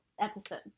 episode